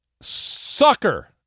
sucker